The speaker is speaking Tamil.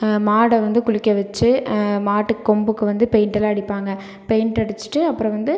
மாடை வந்து குளிக்க வச்சு மாட்டுக் கொம்புக்கு வந்து பெயிண்ட்டெல்லாம் அடிப்பாங்க பெயிண்ட் அடிச்சுட்டு அப்புறம் வந்து